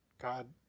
God